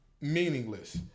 meaningless